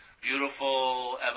beautiful